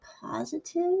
positive